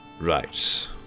Right